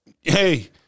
Hey